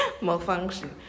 Malfunction